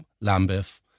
Lambeth